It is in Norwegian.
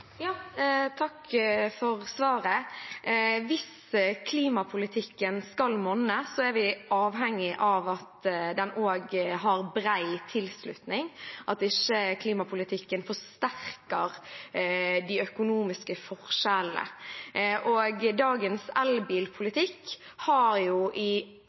Takk for svaret. Hvis klimapolitikken skal monne, er vi avhengig av at den også har bred tilslutning, og at ikke klimapolitikken forsterker de økonomiske forskjellene. Dagens elbilpolitikk har jo